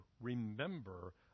remember